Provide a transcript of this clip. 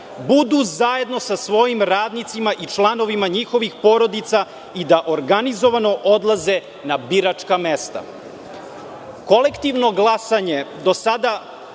„budu zajedno sa svojim radnicima i članovima njihovih porodica i da organizovano odlaze na biračka